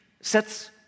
sets